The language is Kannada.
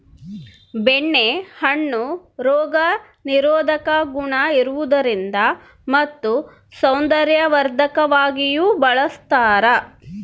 ಬೆಣ್ಣೆ ಹಣ್ಣು ರೋಗ ನಿರೋಧಕ ಗುಣ ಇರುವುದರಿಂದ ಮತ್ತು ಸೌಂದರ್ಯವರ್ಧಕವಾಗಿಯೂ ಬಳಸ್ತಾರ